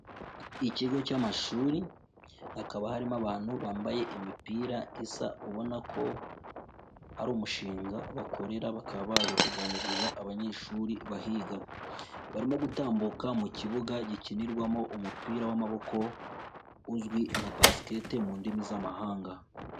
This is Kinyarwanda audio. Ikigo cy'amashuri hakaba harimo abantu bambaye imipira isa ubona ko ari umushinga bakorera bakaba baje kuganiriza abanyeshuri bahiga, barimo gutambuka mu kibuga gikinirwamo umupira w'amaboko uzwi nka Basket mu ndimi z'amahanga.